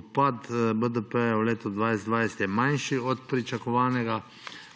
Upad BDP v letu 2020 je manjši od pričakovanega.